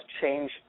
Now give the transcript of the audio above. change